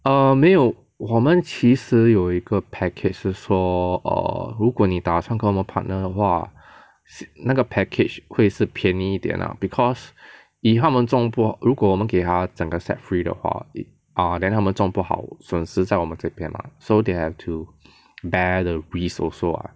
err 没有我们其实有一个 package 是说 err 如果你打算跟我们 partner 的话那个 package 会是便宜一点 lah because if 他们种不好如果我们给他整个 set free 的话 it err then 他们种不好损失在我们这边 mah so they have to bear the risk also lah